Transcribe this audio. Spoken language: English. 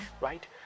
right